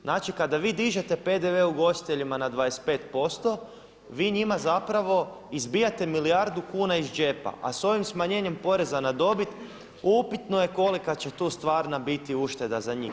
Znači kada vi dižete PDV ugostiteljima na 25% vi njima zapravo izbijate milijardu kuna iz džepa, a s ovim smanjenjem poreza na dobit upitno je kolika će tu stvarna biti ušteda za njih.